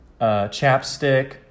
chapstick